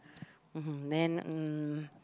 mmhmm then mm